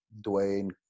Dwayne